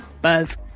Buzz